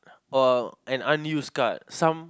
or an unused card some